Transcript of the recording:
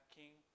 king